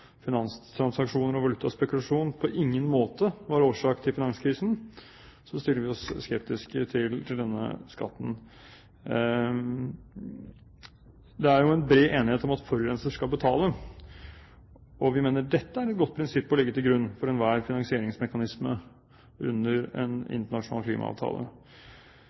finanstransaksjoner og valutaspekulasjon på ingen måte var årsak til finanskrisen, stiller vi oss skeptiske til. Det er jo en bred enighet om at forurenser skal betale, og vi mener dette er et godt prinsipp å legge til grunn for enhver finansieringsmekanisme under en internasjonal klimaavtale.